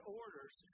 orders